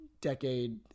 decade